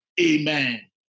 Amen